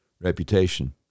reputation